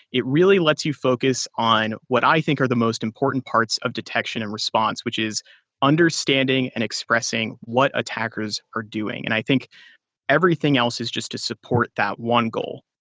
it really lets you focus on what i think are the most important parts of detection and response, which is understanding and expressing what attackers are doing. and i think everything else is just to support that one goal.